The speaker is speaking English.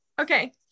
okay